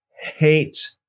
hate